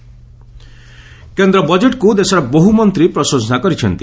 budget reaction କେନ୍ଦ୍ର ବଜେଟ୍କୁ ଦେଶର ବହୁ ମନ୍ତ୍ରୀ ପ୍ରଶଂସା କରିଛନ୍ତି